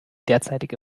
derzeitige